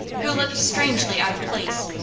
who looked strangely out of place,